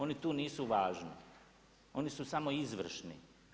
Oni tu nisu važni, oni su samo izvršni.